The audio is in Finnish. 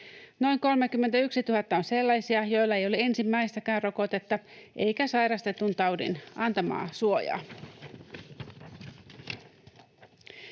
Noin 31 000 on sellaisia, joilla ei ole ensimmäistäkään rokotetta eikä sairastetun taudin antamaa suojaa.